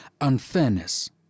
unfairness